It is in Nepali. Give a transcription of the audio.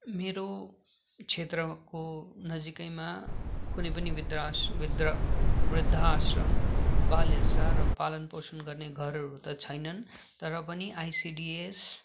मेरो क्षेत्रको नजिकैमा कुनै पनि वृद्ध आश वृद्ध वृद्धा आश्रम बाल हेरचाह र पालन पोषण गर्ने घरहरू त छैनन् तर पनि आइसिडिएस